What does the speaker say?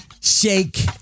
shake